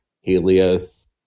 Helios